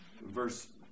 verse